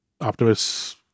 Optimus